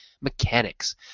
mechanics